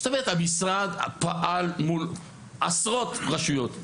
זאת אומרת המשרד פעל מול עשרות רשויות.